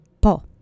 Po